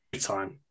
time